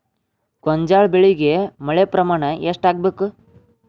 ಗೋಂಜಾಳ ಬೆಳಿಗೆ ಮಳೆ ಪ್ರಮಾಣ ಎಷ್ಟ್ ಆಗ್ಬೇಕ?